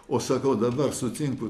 o sakau dabar sutinku